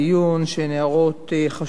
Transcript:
הן הערות חשובות